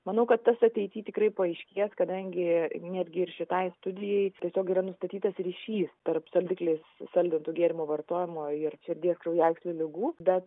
manau kad tas ateity tikrai paaiškės kadangi netgi ir šitai studijai tiesiog yra nustatytas ryšys tarp saldikliais saldintų gėrimų vartojimo ir širdies kraujagyslių ligų bet